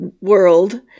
world